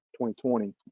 2020